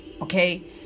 Okay